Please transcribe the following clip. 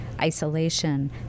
isolation